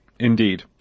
Indeed